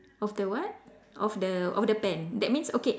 of the what of the of the pen that means okay